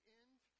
end